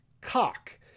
cock